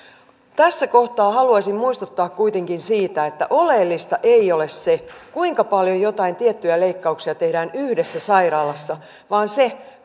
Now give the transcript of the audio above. tässä kohtaa haluaisin muistuttaa kuitenkin siitä että oleellista ei ole se kuinka paljon joitain tiettyjä leikkauksia tehdään yhdessä sairaalassa vaan se